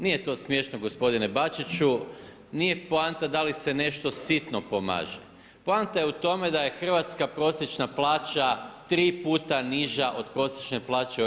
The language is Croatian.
Nije to smješno g. Bačiću, nije poanta da li se nešto sitno pomaže, poanta je u tome, da je hrvatska prosječna plaća 3 puta niža od prosječne plaće u EU.